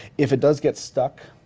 if it does get stuck,